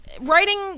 writing